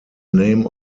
name